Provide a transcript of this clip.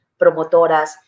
promotoras